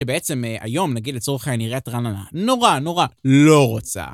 ובעצם היום נגיד לצורך העניין עיריית רעננה נורא נורא לא רוצה.